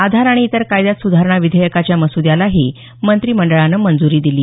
आधार आणि इतर कायद्यात सुधारणा विधेयकाच्या मसुद्यालाही मंत्रिमंडळानं मंजूरी दिली